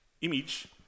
image